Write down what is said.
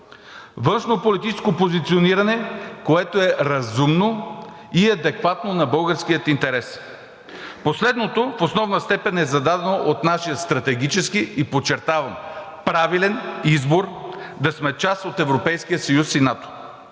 Външнополитическо позициониране, което е разумно и адекватно на българския интерес. Последното в основна степен е зададено от нашия стратегически и, подчертавам, правилен избор да сме част от Европейския съюз и НАТО.